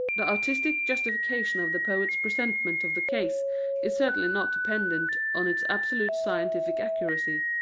the artistic justification of the poet's presentment of the case is certainly not dependent on its absolute scientific accuracy.